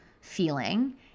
feeling